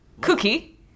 Cookie